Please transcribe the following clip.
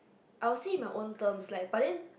I was say my own term but then